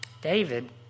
David